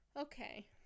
okay